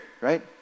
right